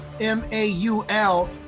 M-A-U-L